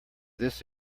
this